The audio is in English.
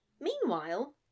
meanwhile